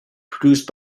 produced